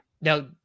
Now